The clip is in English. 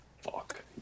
Fuck